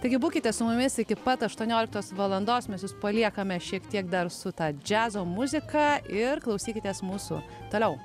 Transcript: taigi būkite su mumis iki pat aštuonioliktos valandos mes jus paliekame šiek tiek dar su ta džiazo muzika ir klausykitės mūsų toliau